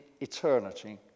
eternity